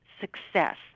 success